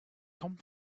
come